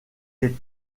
les